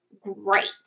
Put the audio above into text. great